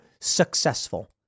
successful